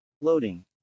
Loading